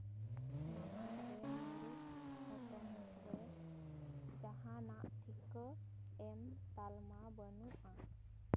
ᱱᱟᱦᱟᱜ ᱨᱮ ᱢᱮᱨᱩᱴ ᱦᱚᱱᱚᱛ ᱨᱮ ᱡᱟᱦᱟᱸᱱᱟᱜ ᱴᱷᱤᱠᱟᱹ ᱮᱢ ᱛᱟᱞᱢᱟ ᱵᱟᱹᱱᱩᱜᱼᱟ